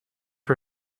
her